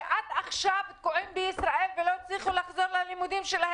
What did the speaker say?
שתקועים בארץ ולא יכולים לחזור ללימודים.